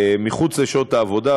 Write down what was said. מחוץ לשעות העבודה,